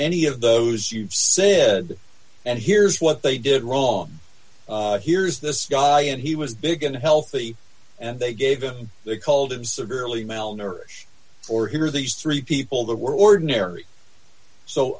any of those you've said and here's what they did wrong here's this guy and he was big and healthy and they gave him they called him severely malnourished or here are these three people that were ordinary so